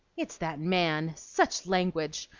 it's that man! such language!